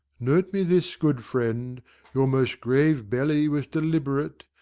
note me this, good friend your most grave belly was deliberate,